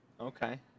Okay